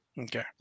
Okay